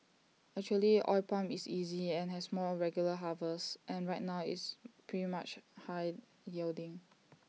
actually oil palm is easy and has more regular harvests and right now it's pretty much high yielding